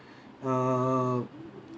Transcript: err